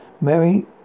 Mary